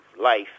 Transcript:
life